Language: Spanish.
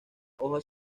hojas